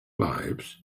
lives